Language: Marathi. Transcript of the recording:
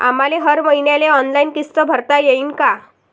आम्हाले हर मईन्याले ऑनलाईन किस्त भरता येईन का?